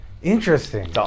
Interesting